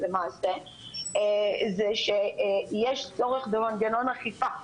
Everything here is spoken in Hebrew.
הוא שיש צורך במנגנון אכיפה.